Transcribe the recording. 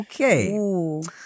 okay